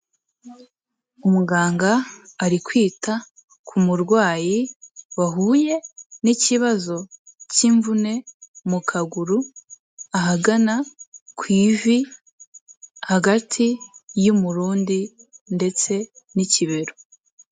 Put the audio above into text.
Umuganga ari kwita ku murwayi wahuye n'ikibazo cy'imvune mu kaguru, ahagana ku ivi, hagati y'umurundi ndetse n'ikibero.